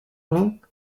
vingt